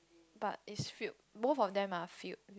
but is filled both of them are filled